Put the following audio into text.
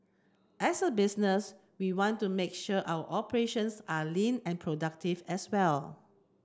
as a business we want to make sure our operations are lean and productive as well